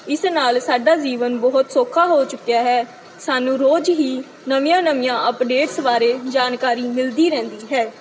ਇਸ ਨਾਲ ਸਾਡਾ ਜੀਵਨ ਬਹੁਤ ਸੌਖਾ ਹੋ ਚੁੱਕਿਆ ਹੈ ਸਾਨੂੰ ਰੋਜ਼ ਹੀ ਨਵੀਆਂ ਨਵੀਆਂ ਅਪਡੇਟਸ ਬਾਰੇ ਜਾਣਕਾਰੀ ਮਿਲਦੀ ਰਹਿੰਦੀ ਹੈ